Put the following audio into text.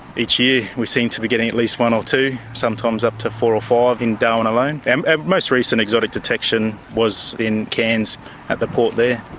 each year we seem to be getting at least one or two, sometimes up to four or five in darwin alone, and our most recent exotic detection was in cairns at the port there.